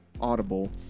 audible